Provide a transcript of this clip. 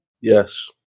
Yes